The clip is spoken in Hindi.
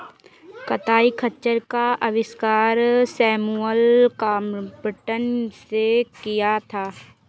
कताई खच्चर का आविष्कार सैमुअल क्रॉम्पटन ने किया था